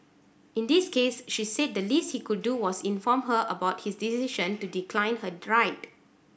in this case she said the least he could do was inform her about his decision to decline her ride